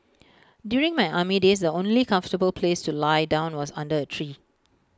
during my army days the only comfortable place to lie down was under A tree